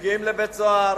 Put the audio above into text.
מגיעים לבית-סוהר,